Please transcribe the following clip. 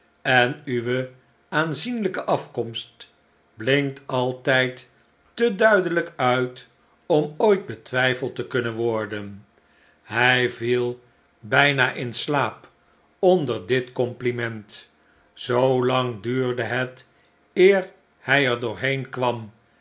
en uwe aanzienlijke afkomst blinkt altijd te duidelijk uit om ooit betwijfeld te kunnen worden hij viel bijna in slaap onder dit compliment zoolang duurde het eer hij er doorheen kwam